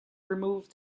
removed